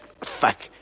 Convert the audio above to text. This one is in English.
Fuck